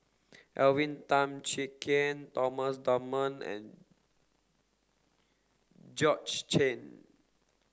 Alvin Tan Cheong Kheng Thomas Dunman and George Chen